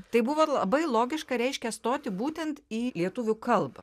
tai buvo labai logiška reiškia stoti būtent į lietuvių kalbą